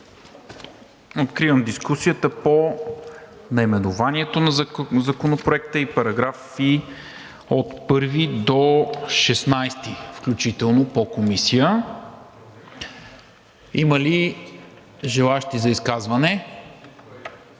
Откривам дискусията по наименованието на Законопроекта и параграфи от 1 – 16 включително по Комисията. Има ли желаещи за изказвания?